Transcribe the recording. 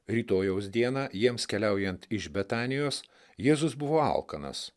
rytojaus dieną jiems keliaujant iš betanijos jėzus buvo alkanas